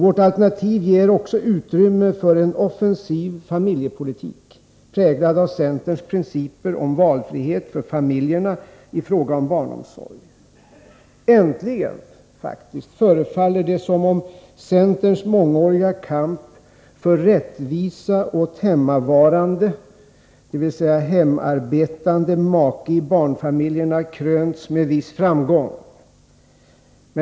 Vårt alternativ ger också utrymme för en offensiv familjepolitik, präglad av centerns principer om valfrihet för familjerna i fråga om barnomsorg. Äntligen förefaller det som om centerns mångåriga kamp för rättvisa åt hemmavarande — dvs. hemarbetande — make i barnfamiljerna krönts med viss framgång.